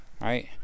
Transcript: right